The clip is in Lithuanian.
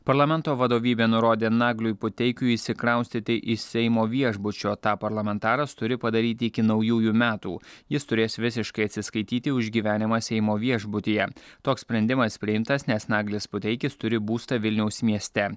parlamento vadovybė nurodė nagliui puteikiui išsikraustyti iš seimo viešbučio tą parlamentaras turi padaryti iki naujųjų metų jis turės visiškai atsiskaityti už gyvenimą seimo viešbutyje toks sprendimas priimtas nes naglis puteikis turi būstą vilniaus mieste